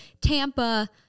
Tampa